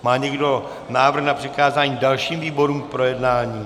Má někdo návrh na přikázání dalším výborům k projednání?